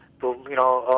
but you know,